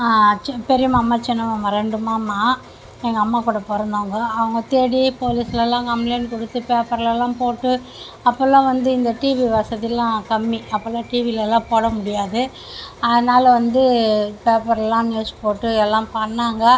C பெரிய மாமா சின்ன மாமா ரெண்டு மாமா எங்கள் அம்மா கூட பிறந்தவுங்க அவங்கள் தேடி போலீஸ்லெலாம் கம்ப்ளன்ட் கொடுத்து பேப்பர்லெலாம் போட்டு அப்போலாம் வந்து இந்த டிவி வசதிலாம் கம்மி அப்போல்லாம் டிவிலெலாம் போட முடியாது அதனால் வந்து பேப்பர்லெலாம் நியூஸ் போட்டு எல்லாம் பண்ணிணாங்க